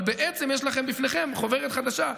אבל בעצם יש לכם בפניכם חוברת חדשה,